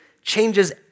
changes